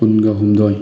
ꯀꯨꯟꯒ ꯍꯨꯝꯗꯣꯏ